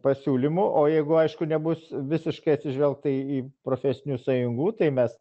pasiūlymų o jeigu aišku nebus visiškai atsižvelgta į į profesinių sąjungų tai mes